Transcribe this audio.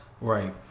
Right